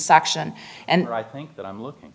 section and i think that i'm looking